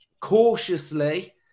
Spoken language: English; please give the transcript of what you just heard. cautiously